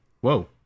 whoa